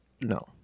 no